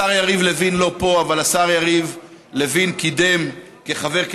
השר יריב לוין לא פה,